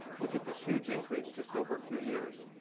look at this huge increase just over a few years.